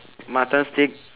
mutton steak